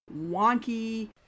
wonky